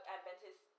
Adventist